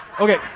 okay